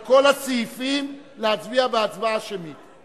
יש בקשה של הממשלה להצביע על כל הסעיפים בהצבעה שמית.